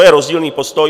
To je rozdílný postoj.